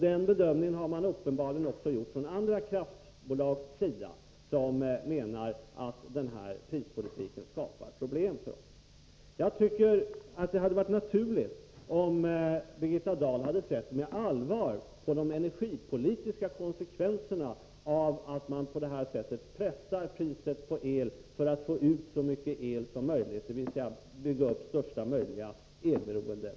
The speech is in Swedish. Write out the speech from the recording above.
Den bedömningen har man uppenbarligen också gjort i andra kraftbolag, vilka menar att den här prispolitiken skapar problem. Jag tycker att det hade varit naturligt om Birgitta Dahl hade sett med allvar på de energipolitiska konsekvenserna av att man på detta sätt pressar priset på el för att få ut så mycket el som möjligt, dvs. bygga upp största möjliga elberoende.